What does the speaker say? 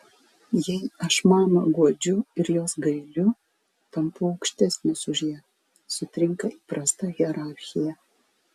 jei aš mamą guodžiu ir jos gailiu tampu aukštesnis už ją sutrinka įprasta hierarchija